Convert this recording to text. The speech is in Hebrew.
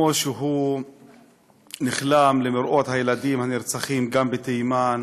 כמו שהוא נכלם למראות הילדים הנרצחים גם בתימן,